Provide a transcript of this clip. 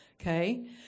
Okay